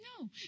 No